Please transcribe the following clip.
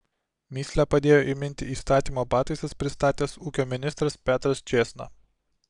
mįslę padėjo įminti įstatymo pataisas pristatęs ūkio ministras petras čėsna